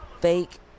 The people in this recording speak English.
fake